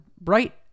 Bright